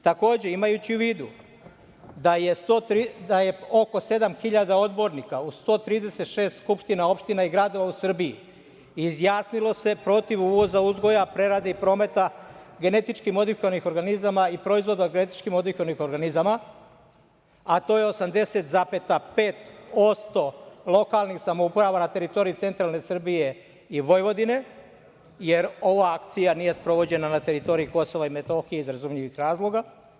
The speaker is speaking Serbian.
Takođe, imajući u vidu da je oko 7.000 odbornika u 136 skupština opština i gradova u Srbiji izjasnilo se protiv uvoza uzgoja, prerade i prometa genetički modifikovanih organizama i proizvoda od genetički modifikovanih organizama, a to je 80,5% lokalnih samouprava na teritoriji centralne Srbije i Vojvodine, jer ova akcija nije sprovođena na teritoriji Kosova i Metohije, iz razumljivih razloga.